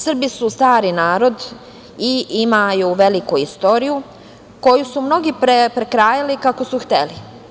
Srbi su stari narod i imaju veliku istoriju koju su mnogi prekrajali kako su hteli.